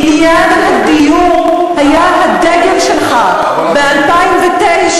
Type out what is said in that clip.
ועניין הדיור היה הדגל שלך ב-2009,